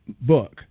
book